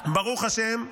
ברוך השם.